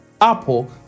apple